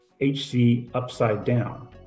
#HCUpsideDown